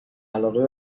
علاقه